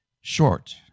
short